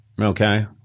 Okay